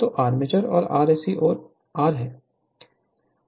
तो आर्मेचर और यह Rse है और यह R है